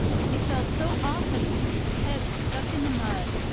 he fell so awkwardly that his head stuck in the mud,